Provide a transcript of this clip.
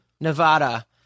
Nevada